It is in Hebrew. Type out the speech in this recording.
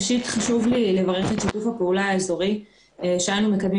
חשוב לי לברך על שיתוף הפעולה האזורי שאנו מקדמים